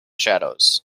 shadows